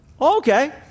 okay